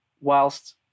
whilst